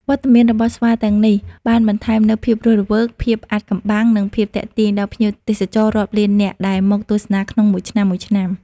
វត្តមានរបស់ស្វាទាំងនេះបានបន្ថែមនូវភាពរស់រវើក ភាពអាថ៌កំបាំង និងភាពទាក់ទាញដល់ភ្ញៀវទេសចររាប់លាននាក់ដែលមកទស្សនាក្នុងមួយឆ្នាំៗ។